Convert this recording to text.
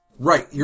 Right